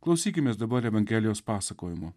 klausykimės dabar evangelijos pasakojimo